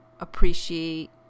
appreciate